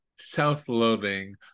self-loathing